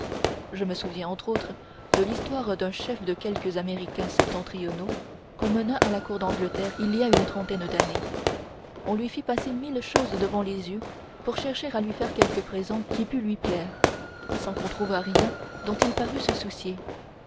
je me souviens entre autres de l'histoire d'un chef de quelques américains septentrionaux qu'on mena à la cour d'angleterre il y a une trentaine d'années on lui fit passer mille choses devant les yeux pour chercher à lui faire quelque présent qui pût lui plaire sans qu'on trouvât rien dont il parut se soucier